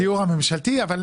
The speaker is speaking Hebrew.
הדיור הממשלתי, אבל